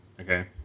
Okay